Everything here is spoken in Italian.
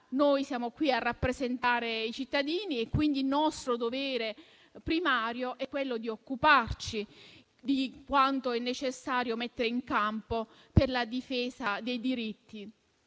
che siamo qui a rappresentare i cittadini e, quindi, il nostro dovere primario è occuparci di quanto è necessario mettere in campo per la difesa dei diritti.